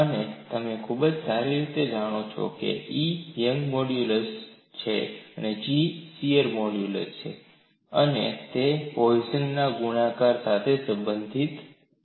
અને તમે ખૂબ જ સારી રીતે જાણો છો કે E એ યંગનું મોડ્યુલસ Young's modulus છે G એ શીઅર મોડ્યુલસ છે અને તે પોઇસોનના ગુણોત્તર Poisson's ratio દ્વારા સંબંધિત છે